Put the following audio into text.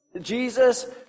Jesus